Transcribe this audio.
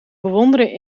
bewonderen